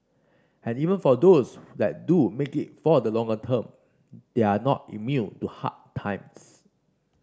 and even for those that do make it for the longer term they are not immune to hard times